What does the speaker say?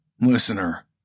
Listener